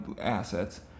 assets